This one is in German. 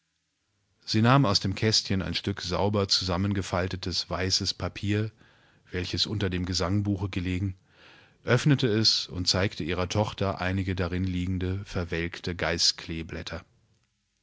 sie nahm aus dem kästchen ein stück sauber zusammengefaltetes weißes papier welches unter dem gesangbuche gelegen öffnete es und zeigte ihrer tochter einige darinliegendeverwelktegeiskleeblätter